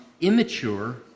immature